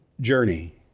journey